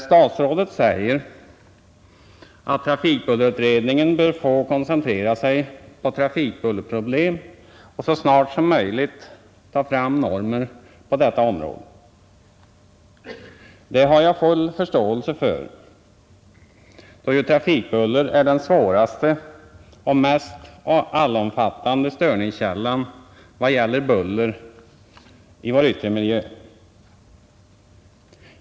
Statsrådet säger att trafikbullerutredningen bör få koncentrera sig på trafikbullerproblem och så snart som möjligt ta fram normer på detta område. Det har jag full förståelse för, då ju trafikbuller är den svåraste och mest allomfattande störningskällan, vad gäller buller i vår yttre miljö.